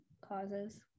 causes